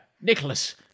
Nicholas